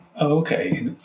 Okay